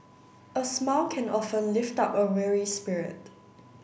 a smile can often lift up a weary spirit